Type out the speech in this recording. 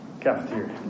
cafeteria